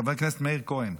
חבר הכנסת מאיר כהן,